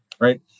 Right